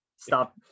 Stop